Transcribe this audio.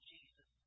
Jesus